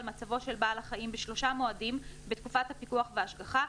מצבו של בעל החיים בשלושה מועדים בתקופת הפיקוח והשגחה,